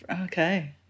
Okay